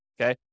Okay